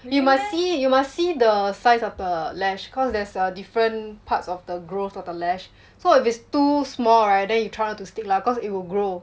you must see you must see the size of the lash cause there's a different parts of the growth of the lash so if is too small right then you try not to stick lah cause it will grow